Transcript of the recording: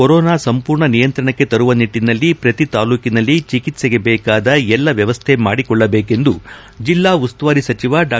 corona ಸಂಪೂರ್ಣ ನಿಯಂತ್ರಣಕ್ಕೆ ತರುವ ನಿಟ್ಟನಲ್ಲಿ ಪ್ರತಿ ತಾಲ್ಲೂಕಿನಲ್ಲೂ ಚಿಕಿತ್ಸೆಗೆ ಬೇಕಾದ ಎಲ್ಲ ವ್ಯವಸ್ಥೆ ಮಾಡಿಕೊಳ್ಳಬೇಕೆಂದು ಜಿಲ್ಲಾ ಉಸ್ತುವಾರಿ ಸಚಿವ ಡಾ